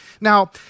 Now